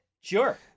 Sure